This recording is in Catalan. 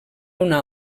una